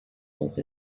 was